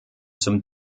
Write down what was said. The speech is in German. zum